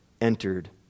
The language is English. entered